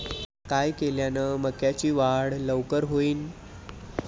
काय केल्यान मक्याची वाढ लवकर होईन?